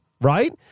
right